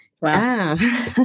Wow